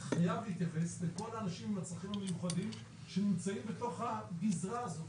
חייב להתייחס לכל אנשים עם הצרכים המיוחדים שנמצאים בתוך הגזרה הזאת.